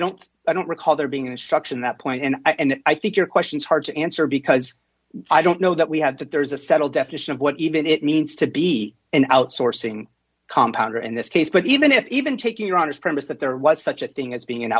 don't i don't recall there being an instruction that point and i and i think your question is hard to answer because i don't know that we have that there is a settled definition of what even it means to be an outsourcing compound or in this case but even if even taking it on its premise that there was such a thing as being an